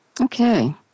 Okay